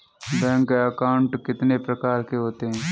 Bank account कितने प्रकार के होते हैं?